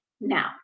Now